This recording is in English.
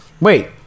Wait